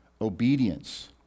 obedience